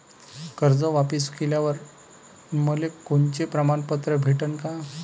कर्ज वापिस केल्यावर मले कोनचे प्रमाणपत्र भेटन का?